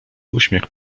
uśmiech